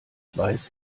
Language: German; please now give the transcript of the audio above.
weiß